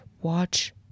Watch